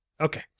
Okay